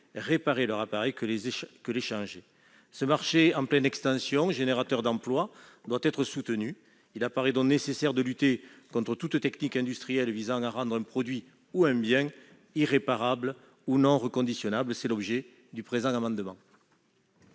réparer un appareil que le changer. Ce marché en pleine expansion et générateur d'emplois doit être soutenu. Il apparaît donc nécessaire de lutter contre toute technique industrielle visant à rendre un produit ou un bien irréparable ou non reconditionnable. La parole est à M.